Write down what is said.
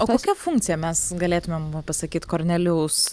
o kokia funkcija mes galėtumėm pasakyt kornelijaus